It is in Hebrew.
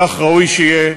כך ראוי שיהיה,